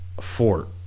fort